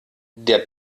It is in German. der